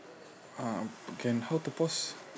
ah can how to pause